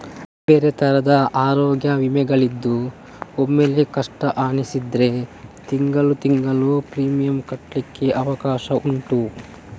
ಬೇರೆ ಬೇರೆ ತರದ ಅರೋಗ್ಯ ವಿಮೆಗಳಿದ್ದು ಒಮ್ಮೆಲೇ ಕಷ್ಟ ಅನಿಸಿದ್ರೆ ತಿಂಗಳು ತಿಂಗಳು ಪ್ರೀಮಿಯಂ ಕಟ್ಲಿಕ್ಕು ಅವಕಾಶ ಉಂಟು